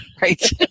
Right